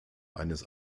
eines